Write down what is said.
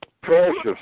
Precious